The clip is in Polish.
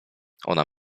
ona